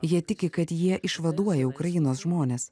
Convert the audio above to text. jie tiki kad jie išvaduoja ukrainos žmones